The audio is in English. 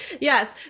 Yes